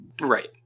Right